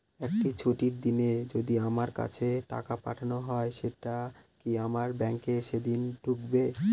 একটি ছুটির দিনে যদি আমার কাছে টাকা পাঠানো হয় সেটা কি আমার ব্যাংকে সেইদিন ঢুকবে?